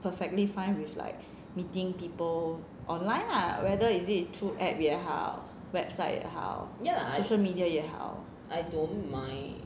perfectly fine with like meeting people online lah whether is it through app 也好 website 也好 social media 也好